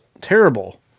terrible